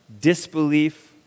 disbelief